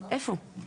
איפה?